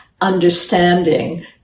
understanding